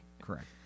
Correct